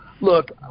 Look